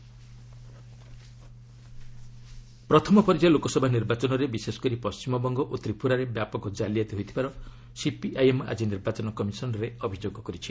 CPIM EC ପ୍ରଥମ ପର୍ଯ୍ୟାୟ ଲେକାସଭା ନିର୍ବାଚନରେ ବିଶେଷକରି ପଶ୍ଚିମବଙ୍ଗ ଓ ତ୍ରିପୁରାରେ ବ୍ୟାପକ ଜାଲିଆତି ହୋଇଥିବାର ସିପିଆଇଏମ୍ ଆଜି ନିର୍ବଚନ କମିଶନ୍ରେ ଅଭିଯୋଗ କରିଛି